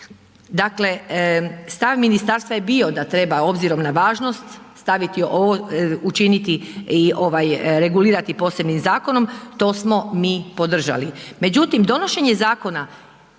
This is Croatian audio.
Dakle, stav ministarstva je bio da treba obzirom na važnost staviti ovo, učiniti i ovaj regulirati posebnim zakonom, to smo mi podržali.